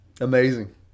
amazing